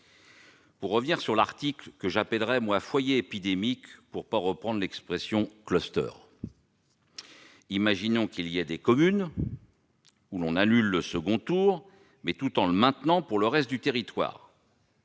Pour revenir sur l'article que j'appelle « foyers épidémiques », pour ne pas reprendre le mot clusters, imaginons qu'il y ait des communes où l'on annule le second tour alors que celui-ci est maintenu pour le reste du territoire.